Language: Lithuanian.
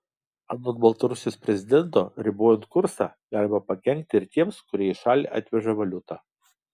anot baltarusijos prezidento ribojant kursą galima pakenkti ir tiems kurie į šalį atveža valiutą